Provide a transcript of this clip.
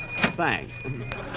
Thanks